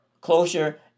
closure